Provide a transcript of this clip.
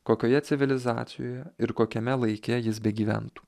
kokioje civilizacijoje ir kokiame laike jis begyventų